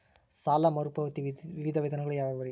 ಸಾಲ ಮರುಪಾವತಿಯ ವಿವಿಧ ವಿಧಾನಗಳು ಯಾವ್ಯಾವುರಿ?